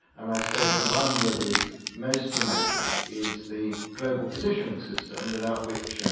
and i suppose the one that is most dramatic is the global positioning system, without which,